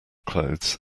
clothes